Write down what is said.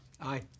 Aye